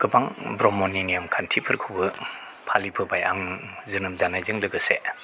गोबां ब्रह्मनि नेमखान्थिफोरखौबो फालिबोबाय आं जोनोम जानायजों लोगोसे